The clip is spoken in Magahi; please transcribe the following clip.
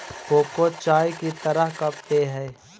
कोको चाय की तरह का पेय हई